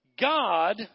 God